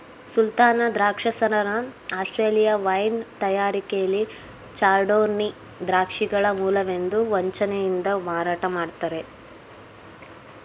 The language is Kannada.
ಸುಲ್ತಾನ ದ್ರಾಕ್ಷರಸನ ಆಸ್ಟ್ರೇಲಿಯಾ ವೈನ್ ತಯಾರಿಕೆಲಿ ಚಾರ್ಡೋನ್ನಿ ದ್ರಾಕ್ಷಿಗಳ ಮೂಲವೆಂದು ವಂಚನೆಯಿಂದ ಮಾರಾಟ ಮಾಡ್ತರೆ